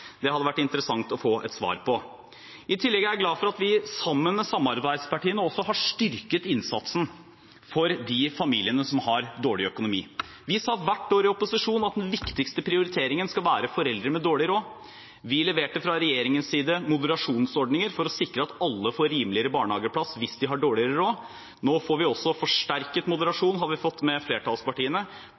Det hadde vært interessant å få et svar på. I tillegg er jeg glad for at vi sammen med samarbeidspartiene også har styrket innsatsen for de familiene som har dårlig økonomi. Vi sa hvert år i opposisjon at den viktigste prioriteringen skal være foreldre med dårlig råd. Vi leverte fra regjeringens side moderasjonsordninger for å sikre at alle får rimeligere barnehageplass hvis de har dårligere råd. Nå har vi sammen med våre venner i Kristelig Folkeparti og Venstre også fått forsterket moderasjon